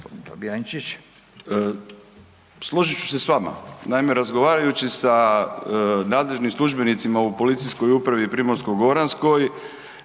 Erik (SDP)** Složit ću se s vama. Naime, razgovarajući s nadležnim službenicama u Policijskom upravi Primorsko-goranskoj